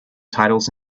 titles